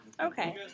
Okay